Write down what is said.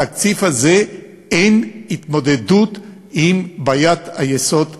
בתקציב הזה אין התמודדות עם בעיית היסוד הזאת.